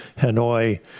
Hanoi